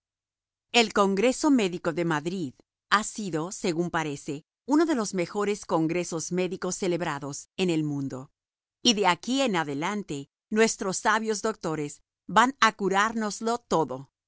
el congreso médico de madrid ha sido según parece uno de los mejores congresos médicos celebrados en el mundo y de aquí en adelante nuestros sabios doctores van a curárnoslo todo